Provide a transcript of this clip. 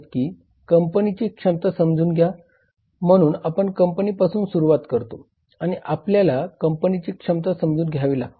कंपनीची क्षमता समजून घ्या म्हणून आपण कंपनीपासून सुरुवात करतो आणि आपल्याला कंपनीची क्षमता समजून घ्यावी लागते